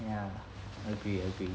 ya agree agree